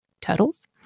turtles